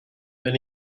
then